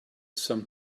some